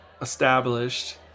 established